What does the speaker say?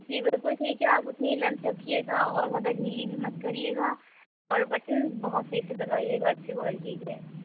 جی بالکل ٹھیک ہے آپ اتنی لینتھ رکھیے گا اور زیادہ ڈھیلی بھی مت کریے گا اور بٹن بہت صحیح سے لگائیے گا اچھی کوالٹی کے